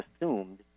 assumed